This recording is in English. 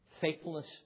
faithfulness